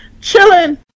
chilling